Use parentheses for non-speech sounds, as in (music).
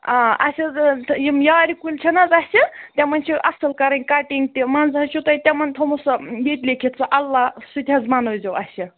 آ اَسہِ حظ (unintelligible) یِم یارِ کُلۍ چھِ نہٕ حظ اَسہِ تِمن چھِ اَصٕل کَرٕنۍ کَٹِنٛگ تہِ منٛزٕ حظ چھُو تۄہہِ تِمَن تھوٚمُت سۄ یہِ تہِ لیکھِتھ سُہ اللہ سُہ تہِ حظ بَنٲیزیو اَسہِ